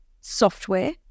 software